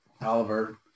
Oliver